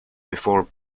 before